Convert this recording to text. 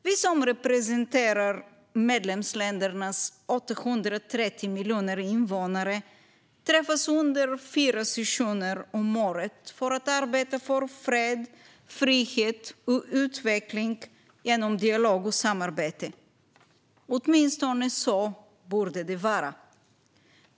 Vi som representerar medlemsländernas 830 miljoner invånare träffas under fyra sessioner om året för att arbeta för fred, frihet och utveckling genom dialog och samarbete. Åtminstone borde det vara så.